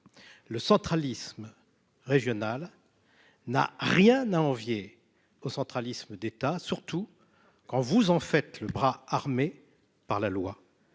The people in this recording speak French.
Le centralisme. Régional. N'a rien à envier au centralisme d'État surtout quand vous en fait le bras armé par la loi.